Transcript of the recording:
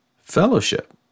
fellowship